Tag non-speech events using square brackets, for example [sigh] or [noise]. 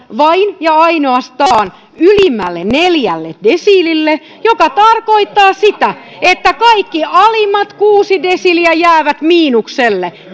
vain ja ainoastaan ylimmälle neljälle desiilille mikä tarkoittaa sitä että kaikki alimmat kuusi desiiliä jäävät miinukselle [unintelligible]